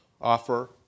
offer